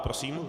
Prosím.